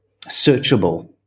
searchable